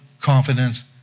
confidence